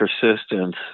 persistence